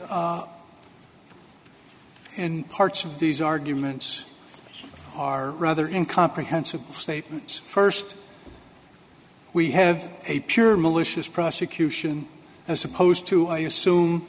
and parts of these arguments are rather in comprehensive statement first we have a pure malicious prosecution as opposed to i assume